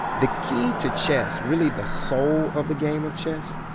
the key to chess, really the soul of the game of chess,